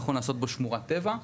נכון לעשות בו שמורת טבע.